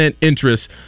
interest